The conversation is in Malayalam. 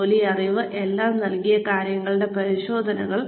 ജോലി അറിവ് എല്ലാം തുടങ്ങിയ കാര്യങ്ങളുടെ പരിശോധനകൾ